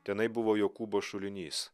tenai buvo jokūbo šulinys